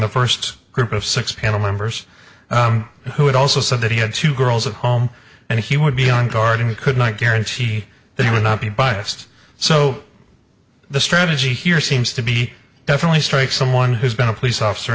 the first group of six panel members who had also said that he had two girls at home and he would be on guard and could not guarantee that he would not be biased so the strategy here seems to be definitely straight someone who's been a police officer